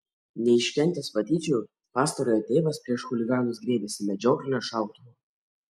neiškentęs patyčių pastarojo tėvas prieš chuliganus griebėsi medžioklinio šautuvo